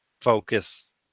focus